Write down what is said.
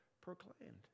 proclaimed